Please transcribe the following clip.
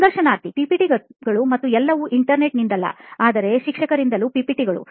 ಸಂದರ್ಶನಾರ್ಥಿ PPT ಗಳು ಮತ್ತು ಎಲ್ಲವೂ Internetನಿಂದಲ್ಲ ಆದರೆ ಶಿಕ್ಷಕರಿಂದಲೂ PPT ಗಳು